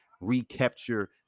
Recapture